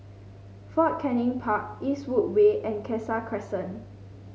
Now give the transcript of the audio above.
Fort Canning Park Eastwood Way and Cassia Crescent